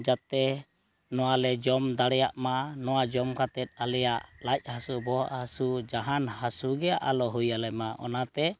ᱡᱟᱛᱮ ᱱᱚᱣᱟᱞᱮ ᱡᱚᱢ ᱫᱟᱲᱮᱭᱟᱜ ᱢᱟ ᱱᱚᱣᱟ ᱡᱚᱢ ᱠᱟᱛᱮᱫ ᱟᱞᱮᱭᱟᱜ ᱞᱟᱡ ᱦᱟᱹᱥᱩ ᱵᱚᱦᱚᱜ ᱦᱟᱹᱥᱩ ᱡᱟᱦᱟᱱ ᱦᱟᱹᱥᱩᱜᱮ ᱟᱞᱚ ᱦᱩᱭ ᱟᱞᱮᱢᱟ ᱚᱱᱟᱛᱮ